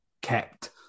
kept